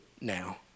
now